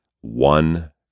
One